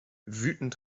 wütend